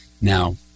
Now